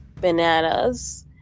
bananas